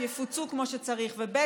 יפוצו כמו שצריך, וב.